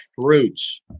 fruits